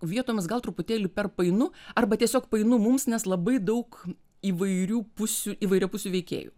vietomis gal truputėlį per painu arba tiesiog painu mums nes labai daug įvairių pusių įvairiapusių veikėjų